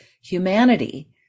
humanity